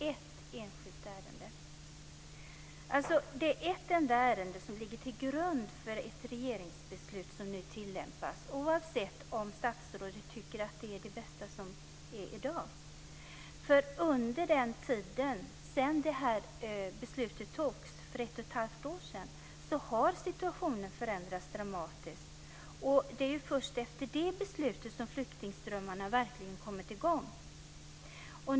Det är alltså ett enda ärende som ligger till grund för det regeringsbeslut som nu tillämpas, oavsett om statsrådet tycker att det är det bästa som finns i dag. Sedan det här beslutet fattades för ett och ett halvt år sedan har situationen förändrats dramatiskt. Det är först efter det beslutet som flyktingströmmarna verkligen kommit i gång.